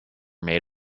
maid